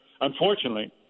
unfortunately